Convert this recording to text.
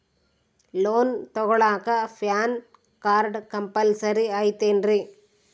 Loan ತೊಗೊಳ್ಳಾಕ PAN card compulsory ಐಯ್ತೇನ್ರಿ?